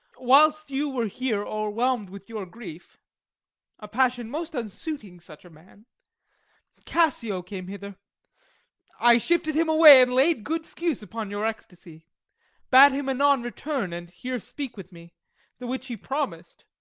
whilst you were here o'erwhelmed with your grief a passion most unsuiting such a man cassio came hither i shifted him away, and laid good scuse upon your ecstasy bade him anon return, and here speak with me the which he promis'd.